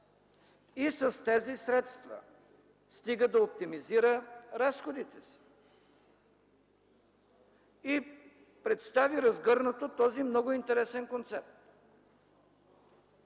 и с тези средства, стига да оптимизира разходите си. Представи разгърнато този много интересен концепт.